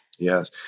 Yes